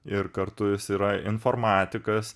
ir kartu jis yra informatikas